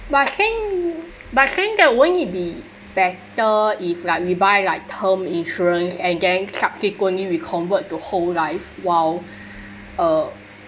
but I think but I think that won't it be better if like we buy like term insurance and then subsequently we convert to whole life while uh